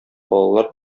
балалар